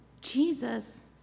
Jesus